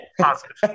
Positive